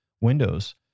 Windows